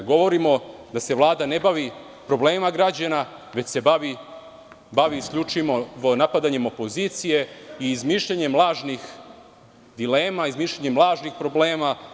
Govorimo da se Vlada ne bavi problemima građana, već se bavi isključivo napadanjem opozicije i izmišljanjem lažnih dilema, lažnih problema.